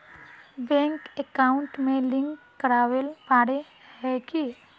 Bank account में link करावेल पारे है की?